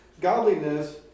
godliness